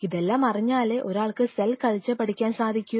ഇതെല്ലാം അറിഞ്ഞാലേ ഒരാൾക്ക് സെൽ കൾച്ചർ പഠിക്കാൻ സാധിക്കു